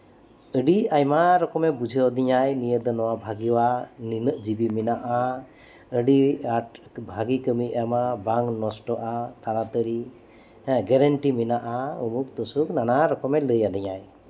ᱟᱹᱰᱤ ᱟᱭᱢᱟ ᱨᱚᱠᱚᱢᱮ ᱵᱩᱡᱷᱟᱹᱣ ᱟᱫᱤᱧᱟ ᱱᱤᱭᱟᱹ ᱫᱚ ᱟᱭᱢᱟ ᱵᱷᱟᱹᱜᱤᱭᱟ ᱱᱩᱱᱟᱹᱜ ᱡᱤᱵᱤ ᱢᱮᱱᱟᱜᱼᱟ ᱱᱩᱱᱟᱹᱜ ᱟᱸᱴ ᱵᱷᱟ ᱜᱤ ᱠᱟᱹᱢᱤᱭ ᱮᱢᱟ ᱵᱟᱝ ᱱᱚᱥᱴᱚᱜᱼᱟ ᱛᱟᱲᱟ ᱛᱟᱲᱤ ᱜᱮᱨᱮᱱᱴᱤ ᱢᱮᱱᱟᱜᱼᱟ ᱩᱢᱩᱠ ᱛᱩᱥᱩᱠ ᱱᱟᱱᱟ ᱨᱚᱠᱚᱢᱮ ᱞᱟᱹᱭ ᱟᱹᱫᱤᱧᱟ